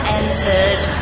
entered